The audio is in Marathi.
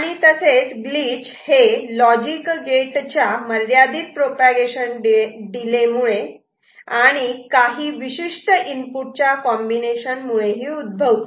आणि ग्लिच हे लॉजिक गेटच्या मर्यादित प्रोपागेशन डिले मुळे आणि तसेच काही विशिष्ट इनपुट च्या कॉम्बिनेशन मुळे उद्भवते